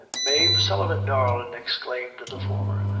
mave sullivan, darlin', exclaimed the former,